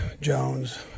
Jones